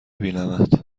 بینمت